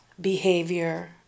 behavior